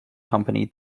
company